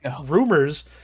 rumors